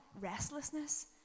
restlessness